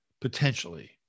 potentially